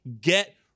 get